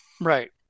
Right